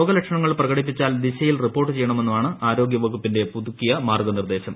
രോഗലക്ഷണങ്ങൾ പ്രകടിപ്പിച്ചാൽ ദിശയിൽ റിപ്പോർട്ടു ചെയ്യണമെന്നുമാണ് ആരോഗ്യവകുപ്പിന്റെ പുതുക്കിയ മാർഗനിർദേശം